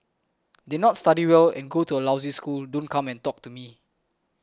did not study well and go to a lousy school don't come and talk to me